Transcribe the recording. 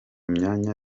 myanya